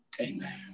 Amen